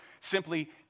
simply